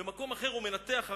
במקום אחר הרב,